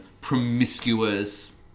promiscuous